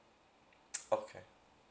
okay